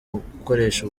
gukoresha